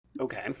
Okay